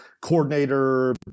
coordinator